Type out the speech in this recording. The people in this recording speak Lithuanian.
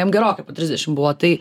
jam gerokai po trisdešim buvo tai